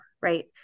right